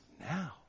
now